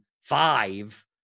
five